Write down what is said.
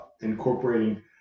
incorporating